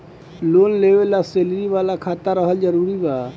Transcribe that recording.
Loan लेवे ला salary वाला खाता रहल जरूरी बा?